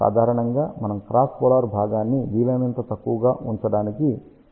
సాధారణంగా మనము cross polar భాగాన్ని వీలైనంత తక్కువగా ఉండటానికి ఇష్టపడతాము